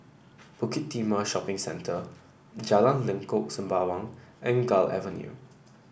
Bukit Timah Shopping Centre Jalan Lengkok Sembawang and Gul Avenue